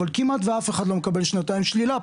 אבל כמעט ואף אחד לא מקבל שנתיים שלילה.